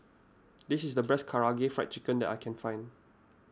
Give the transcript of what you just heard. this is the best Karaage Fried Chicken that I can find